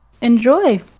enjoy